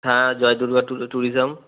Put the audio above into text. হ্যাঁ জয়দুর্গা ট্যুরিজম